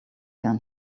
than